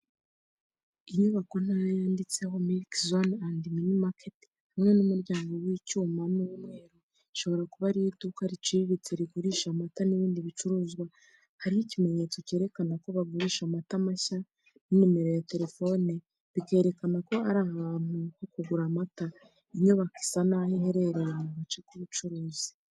Inyubako ntoya yanditseho "Milk Zone and Mini Market" hamwe n'umuryango w'icyuma w'umweru, ishobora kuba ari iduka riciriritse rigurisha amata n'ibindi bicuruzwa. Hariho ikimenyetso cyerekana ko bagurisha amata mashya n'inomero ya telefoni, bikerekana ko ari ahantu ho kugura amata. Inyubako isa n'aho iherereye mu gace k'ubucuruzi.